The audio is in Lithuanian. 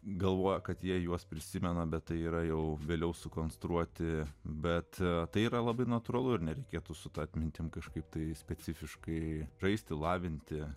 galvoja kad jei juos prisimena bet tai yra jau vėliau sukonstruoti bet tai yra labai natūralu ir nereikėtų su ta atmintim kažkaip tai specifiškai žaisti lavinti